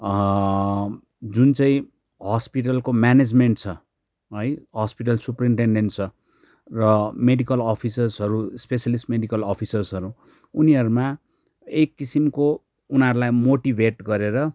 जुन चाहिँ हस्पिटलको म्यानेजमेन्ट छ है हस्पिटल सुप्रिनटेन्डेन्ट छ र मेडिकल अफिसर्सहरू स्पेसिएलिस्ट मेडिकल अफिसर्सहरू उनीहरूमा एक किसिमको उनीहरूलाई मोटिभेट गरेर